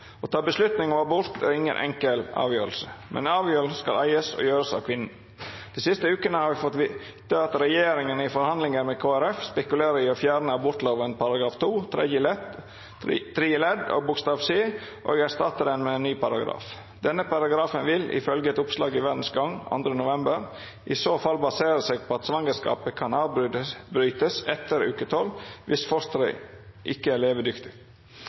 Å ta beslutning om abort er ingen enkel avgjørelse, men avgjørelsen skal eies og gjøres av kvinnen. De siste ukene har vi fått vite at regjeringen i forhandlinger med Kristelig Folkeparti spekulerer i å fjerne abortloven § 2 c og erstatte den med en ny paragraf. Et argument som har blitt framholdt i debatten, er at det skal legges mer vekt på kvinnens situasjon. Abortloven slik vi kjenner den i dag, er nøytralt utformet og den bygger på objektive kriterier. Hvis loven endres til at